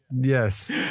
Yes